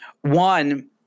One